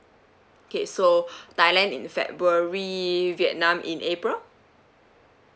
K so thailand in february vietnam in april